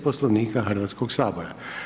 Poslovnika Hrvatskoga sabora.